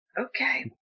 Okay